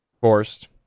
forced